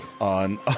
on